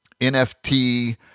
NFT